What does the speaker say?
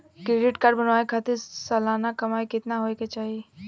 Credit card बनवावे खातिर सालाना कमाई कितना होए के चाही?